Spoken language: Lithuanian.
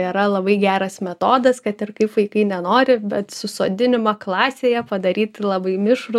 yra labai geras metodas kad ir kaip vaikai nenori bet susodinimą klasėje padaryti labai mišrų